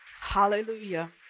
Hallelujah